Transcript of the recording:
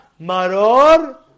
maror